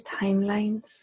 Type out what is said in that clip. timelines